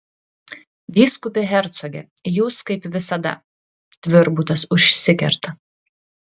vyskupe hercoge jūs kaip visada tvirbutas užsikerta